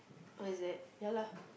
what is that ya lah